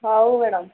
ହଉ ମ୍ୟାଡ଼ାମ୍